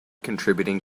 contributing